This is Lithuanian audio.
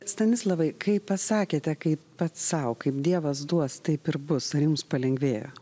stanislavai kai pasakėte kaip pats sau kaip dievas duos taip ir bus ar jums palengvėjo